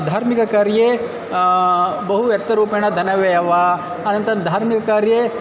धार्मिककार्ये बहु व्यक्तरूपेण धनव्ययं वा अनन्तरं धार्मिककार्ये